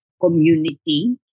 community